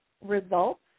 results